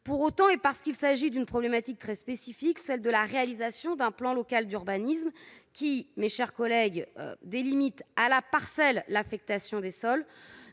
Pour autant, et parce qu'il s'agit d'une problématique très spécifique, celle de la réalisation d'un plan local d'urbanisme, qui délimite à la parcelle l'affectation des sols,